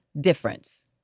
difference